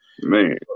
Man